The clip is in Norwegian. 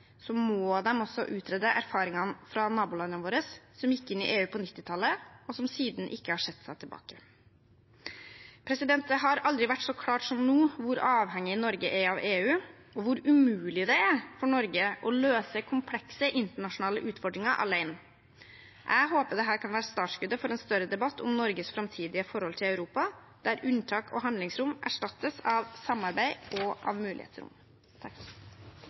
må de også utrede erfaringene fra nabolandene våre, som gikk inn i EU på 1990-tallet, og som siden ikke har sett seg tilbake. Det har aldri vært så klart som nå hvor avhengig Norge er av EU, og hvor umulig det er for Norge å løse komplekse internasjonale utfordringer alene. Jeg håper dette kan være startskuddet for en større debatt om Norges framtidige forhold til Europa, der unntak og handlingsrom erstattes av samarbeid og mulighetsrom.